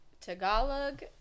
Tagalog